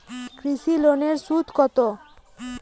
কৃষি লোনের সুদ কত?